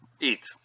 eat